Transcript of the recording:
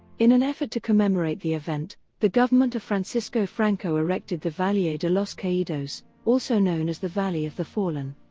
in an effort to commemorate the event, the government of francisco franco erected the valle de los caidos, also known as the valley of the fallen.